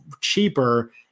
cheaper